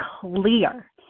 clear